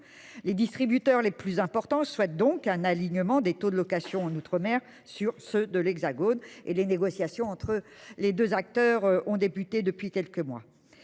les distributeurs les plus importants. Je souhaite donc un alignement des taux de location en outre-mer sur ceux de l'Hexagone et les négociations entre les 2 acteurs ont débuté depuis quelques mois.